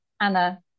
Anna